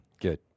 Good